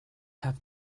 have